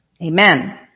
Amen